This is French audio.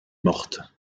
morte